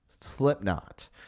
Slipknot